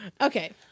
Okay